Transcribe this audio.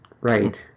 Right